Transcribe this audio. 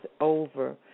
over